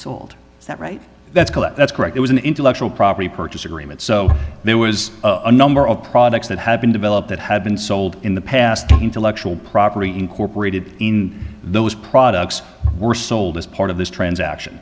is that right that's that's correct it was an intellectual property purchase agreement so there was a number of products that had been developed that had been sold in the past the intellectual property incorporated in those products were sold as part of this transaction